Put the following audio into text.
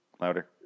Louder